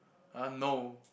ah no